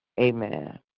Amen